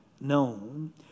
known